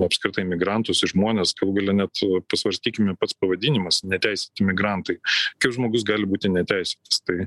apskritai migrantus į žmonės galų gale net pasvarstykime pats pavadinimas neteisėti migrantai kaip žmogus gali būti neteisėtas tai